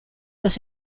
los